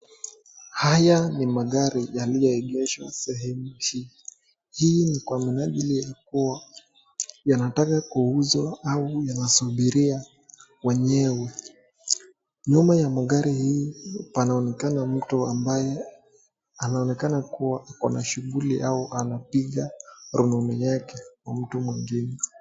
Haya ni magari yaliyoegeshwa sehemu hii. Hii ni kwa minajili ya kuwa yanataka kuuzwa au yanasubiria wenyewe nyuma ya magari hii panaonekana mtu ambaye anaonekana kuwa ako na shughuli ama anapiga rununu yake kwa mtu mwingine.